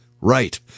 right